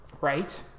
Right